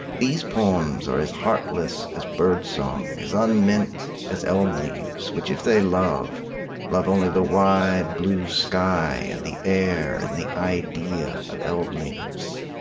these poems are as heartless as birdsong, as unmeant as elm leaves, which if they love love only the wide blue sky and the air and the idea of elm leaves.